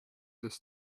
this